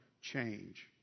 Change